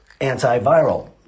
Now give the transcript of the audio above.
antiviral